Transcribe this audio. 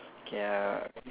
okay uh